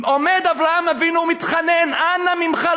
עומד אברהם אבינו ומתחנן: אנא ממך,